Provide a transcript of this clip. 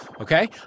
okay